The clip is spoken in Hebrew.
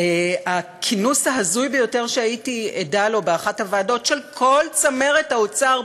הכינוס ההזוי ביותר שהייתי עדה בו באחת הוועדות של כל צמרת האוצר,